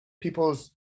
people's